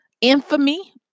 infamy